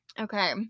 Okay